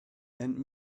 and